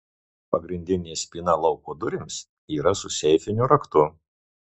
pagrindinė spyna lauko durims yra su seifiniu raktu